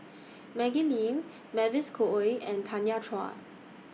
Maggie Lim Mavis Khoo Oei and Tanya Chua